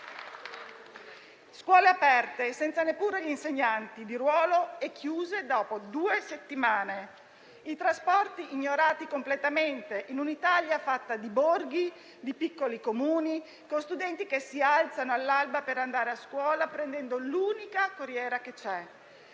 scuole aperte senza neppure gli insegnanti di ruolo e chiuse dopo due settimane; i trasporti ignorati completamente, in un'Italia fatta di borghi e di piccoli Comuni, con studenti che si alzano all'alba per andare a scuola prendendo l'unica corriera che c'è.